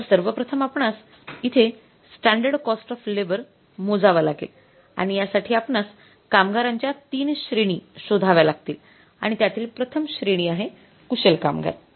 तर सर्वप्रथम आपणास इथे स्टॅंडर्ड कॉस्ट ऑफ लेबर मोजावी लागेल आणि यासाठी आपणास कामगारांच्या ३ श्रेणी शोधाव्या लागतील आणि त्यातील प्रथम श्रेणी आहे कुशल कामगार